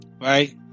right